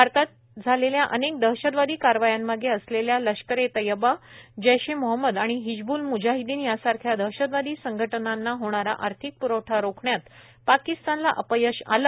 भारतात झालेल्या अनेक दहशतवादी कारवायांमागे असलेल्या लष्कर ए तय्यब्बा जैश ए मोहम्मद आणि हिजबूल म्जाहिदीन यांसारख्या दहशतवादी संघटनांना होणारा आर्थिक प्रवठा रोखण्यात पाकिस्तानला अपयश आलं